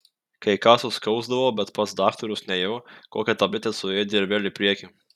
kai ką suskausdavo bet pas daktarus nėjau kokią tabletę suėdi ir vėl į priekį